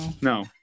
No